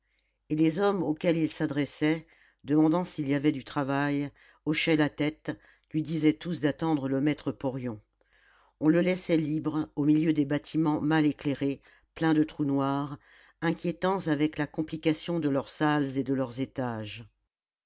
et les hommes auxquels il s'adressait demandant s'il y avait du travail hochaient la tête lui disaient tous d'attendre le maître porion on le laissait libre au milieu des bâtiments mal éclairés pleins de trous noirs inquiétants avec la complication de leurs salles et de leurs étages